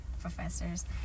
professors